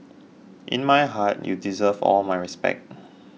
in my heart you deserve all my respect